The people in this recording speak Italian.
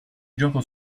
gioco